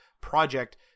project